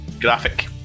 graphic